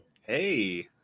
Hey